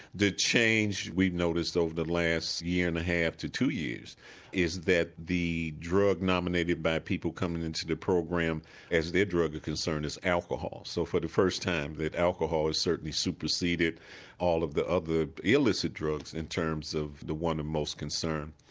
the change we noticed over the last year and a half to two years is that the drug nominated by people coming into the program as their drug of concern is alcohol. so for the first time alcohol has certainly superseded all of the other illicit drugs in terms of the one of most concern.